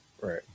Right